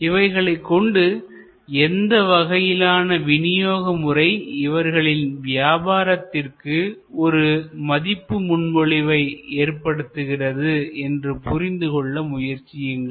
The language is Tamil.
இவைகளைக் கொண்டு எந்த வகையிலான விநியோக முறை இவர்களின் வியாபாரத்திற்கு ஒரு மதிப்பு முன்மொழிவை ஏற்படுத்துகிறது என்று புரிந்து கொள்ள முயற்சியுங்கள்